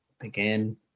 again